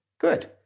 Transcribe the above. Good